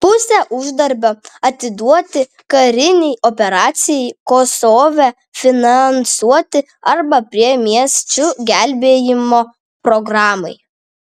pusę uždarbio atiduoti karinei operacijai kosove finansuoti arba priemiesčių gelbėjimo programai